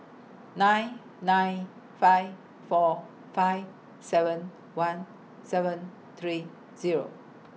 nine nine five four five seven one seven three Zero